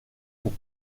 pour